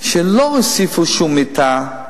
כשלא הוסיפו שום מיטה,